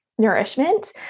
Nourishment